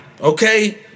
okay